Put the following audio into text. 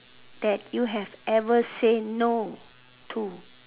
that you have ever say no to